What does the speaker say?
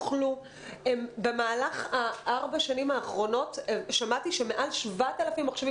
במהלך ארבע השנים האחרונות שמעתי שמעל 7,000 מחשבים